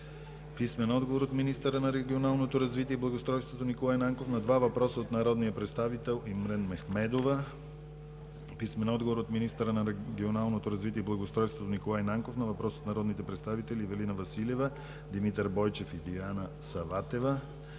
Елхан Кълков; – от министъра на регионалното развитие и благоустройството Николай Нанков на два въпроса от народния представител Имрен Мехмедова; – от министъра на регионалното развитие и благоустройството Николай Нанков на въпрос от народните представители Ивелина Василева, Димитър Бойчев и Диана Саватева;